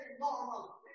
normal